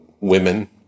women